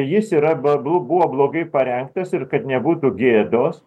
jis yra ba bu buvo blogai parengtas ir kad nebūtų gėdos